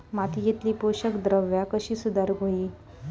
मातीयेतली पोषकद्रव्या कशी सुधारुक होई?